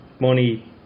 money